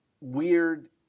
weird